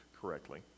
correctly